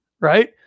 Right